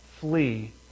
flee